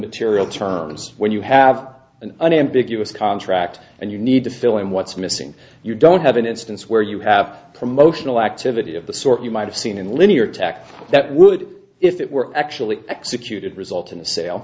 material terms when you have an unambiguous contract and you need to fill in what's missing you don't have an instance where you have promotional activity of the sort you might have seen in linear tax that would if it were actually executed result in the sale